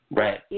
right